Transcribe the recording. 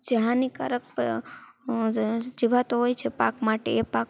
જે હાનિકારક જીવાતો હોય છે પાક માટે એ પાક